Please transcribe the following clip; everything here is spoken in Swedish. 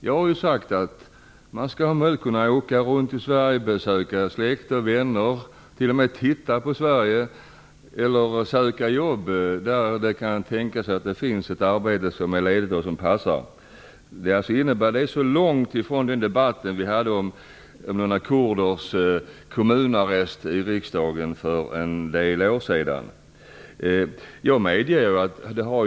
Jag har sagt att man skall ha möjlighet att åka runt i Sverige, besöka släkt och vänner, t.o.m. titta på Sverige eller söka jobb där det kan tänkas finnas ett ledigt arbete som passar. Detta är långt från den debatt som vi förde i riksdagen för en del år sedan om kurders kommunarrest.